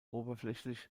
oberflächlich